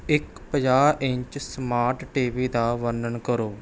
ਇੱਕ ਪੰਜਾਹ inch smart TV ਦਾ ਵਰਣਨ ਕਰੋ